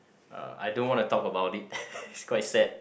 uh I don't want to talk about it it's quite sad